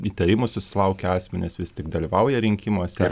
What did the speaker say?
įtarimų susilaukę asmenys vis tik dalyvauja rinkimuose